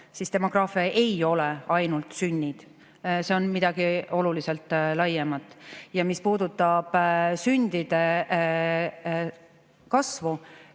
siis demograafia ei ole ainult sünnid, see on midagi oluliselt laiemat. Ja mis puudutab sündide [arvu]